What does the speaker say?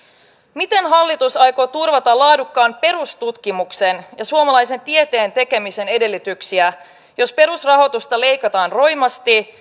miten hallitus aikoo turvata laadukkaan perustutkimuksen ja suomalaisen tieteen tekemisen edellytyksiä jos perusrahoitusta leikataan roimasti